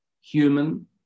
Human